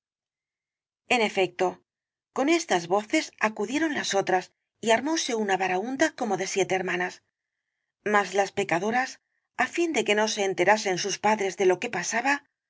en efecto con estas voces acudieron las otras y armóse una baraúnda como de siete hermanas mas las pecadoras á fin de que no se enterasen sus padres d e lo que pasaba